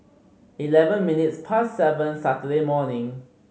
eleven minutes past seven Saturday morning